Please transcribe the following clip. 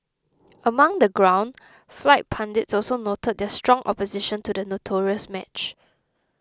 among the ground fight pundits also noted their strong opposition to the notorious match